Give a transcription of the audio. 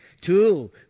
Two